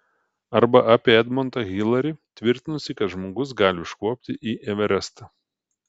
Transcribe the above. arba apie edmondą hilarį tvirtinusį kad žmogus gali užkopti į everestą